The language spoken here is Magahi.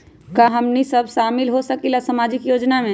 का हमनी साब शामिल होसकीला सामाजिक योजना मे?